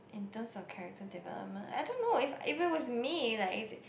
in terms of character development I don't know if if it was me right it's